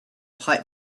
pipe